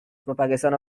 propagation